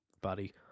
buddy